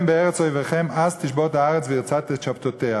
בארץ איביכם אז תשבת הארץ והרצת את שבתתיה".